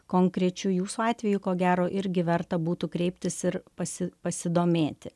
konkrečiu jūsų atveju ko gero irgi verta būtų kreiptis ir pasi pasidomėti